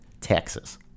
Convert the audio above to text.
Texas